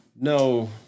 no